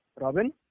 Robin